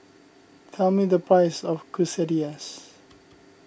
tell me the price of Quesadillas